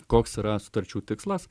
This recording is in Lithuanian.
koks yra sutarčių tikslas